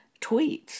tweets